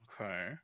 Okay